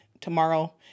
tomorrow